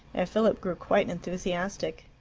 and philip grew quite enthusiastic.